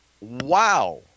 wow